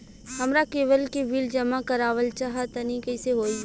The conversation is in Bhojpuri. हमरा केबल के बिल जमा करावल चहा तनि कइसे होई?